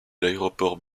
l’aéroport